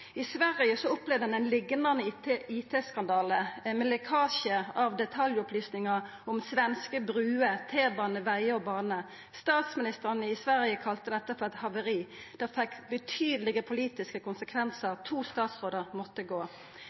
I Sverige har ein opplevd ein liknande IT-skandale med lekkasje av detaljopplysningar om svenske bruer, tunnelbane, veg og bane. Statsministeren i Sverige kalla dette eit havari. Det fekk betydelege politiske konsekvensar, to statsrådar måtte gå.